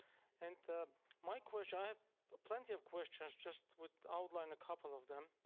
and my question. i have plenty of questions. just will outline a couple of them.